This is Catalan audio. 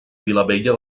vilabella